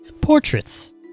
portraits